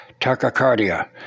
tachycardia